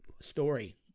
story